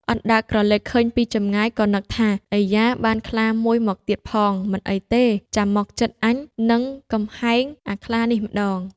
អណ្ដើកក្រឡេកឃើញពីចម្ងាយ ក៏នឹកថា "អៃយ៉ា! បានខ្លាមួយមកទៀតផង មិនអីទេ ចាំមកជិតអញនឹងកំហែងអាខ្លានេះម្តង"។